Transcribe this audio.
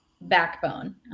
backbone